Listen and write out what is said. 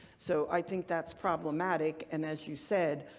so i think that's problematic and as you said,